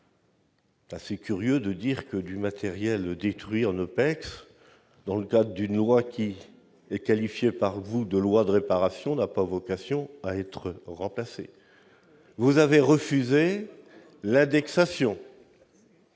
assez curieux de soutenir que du matériel détruit en OPEX, dans le cadre d'une loi que vous-même qualifiez de « loi de réparation », n'a pas vocation à être remplacé. Vous avez refusé l'indexation.